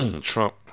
Trump